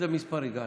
לאיזה מספר הגעת,